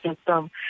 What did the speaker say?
system